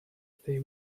they